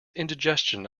indigestion